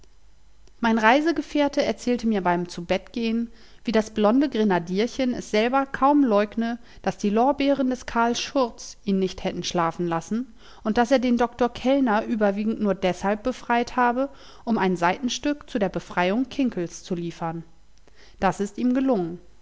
mein reisegefährte erzählte mir beim zubettgehn wie das blonde grenadierchen es selber kaum leugne daß die lorbeeren des carl schurz ihn nicht hätten schlafen lassen und daß er den dr kellner überwiegend nur deshalb befreit habe um ein seitenstück zu der befreiung kinkels zu liefern das ist ihm gelungen